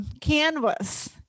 canvas